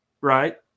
right